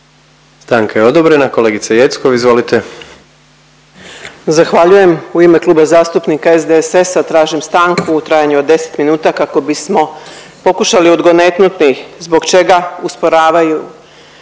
Stanka je odobrena. Kolegice Jeckov izvolite. **Jeckov, Dragana (SDSS)** Zahvaljujem. U ime Kluba zastupnika SDSS-a tražim stanku u trajanju od 10 minuta kako bismo pokušali odgonetnuti zbog čega usporavaju